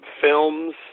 films